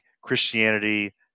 Christianity